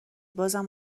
بازم